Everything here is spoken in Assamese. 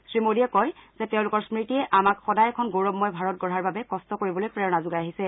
শ্ৰীমোডীয়ে কয় যে তেওঁলোকৰ স্মৃতিয়ে আমাক সদায় এখন গৌৰৱময় ভাৰত গঢ়াৰ বাবে কষ্ট কৰিবলৈ প্ৰেৰণা যোগাই আহিছে